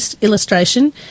illustration